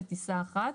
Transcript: לטיסה אחת.